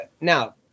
Now